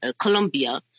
Colombia